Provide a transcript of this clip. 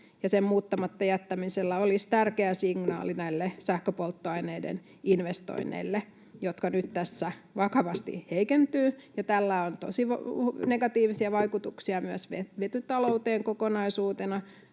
sen muuttamatta jättämisellä olisi tärkeä signaali näille sähköpolttoaineiden investoinneille, jotka nyt tässä vakavasti heikentyvät. Tällä on tosi negatiivisia vaikutuksia myös vetytalouteen kokonaisuutena.